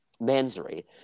Mansory